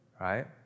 right